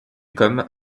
comme